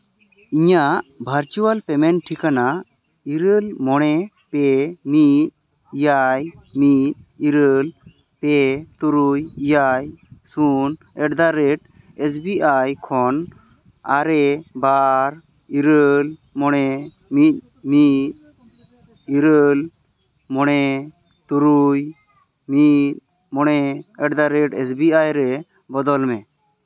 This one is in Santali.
ᱤᱧᱟᱹᱜ ᱵᱷᱟᱨᱪᱩᱭᱮᱞ ᱯᱮᱢᱮᱱᱴ ᱴᱷᱤᱠᱟᱹᱱᱟ ᱤᱨᱟᱹᱞ ᱢᱚᱬᱮ ᱯᱮ ᱢᱤᱫ ᱮᱭᱟᱭ ᱢᱤᱫ ᱤᱨᱟᱹᱞ ᱯᱮ ᱛᱩᱨᱩᱭ ᱮᱭᱟᱭ ᱥᱩᱱ ᱮᱴᱫᱟᱼᱨᱮᱹᱴ ᱮᱥ ᱵᱤ ᱟᱭ ᱠᱷᱚᱱ ᱟᱨᱮ ᱵᱟᱨ ᱤᱨᱟᱹᱞ ᱢᱚᱬᱮ ᱢᱤᱫ ᱢᱤᱫ ᱤᱨᱟᱹᱞ ᱢᱚᱬᱮ ᱛᱩᱨᱩᱭ ᱢᱤᱫ ᱢᱚᱬᱮ ᱮᱴᱫᱟᱼᱨᱮᱹᱴ ᱮᱥ ᱵᱤ ᱟᱭ ᱨᱮ ᱵᱚᱫᱚᱞ ᱢᱮ